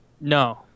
no